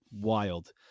wild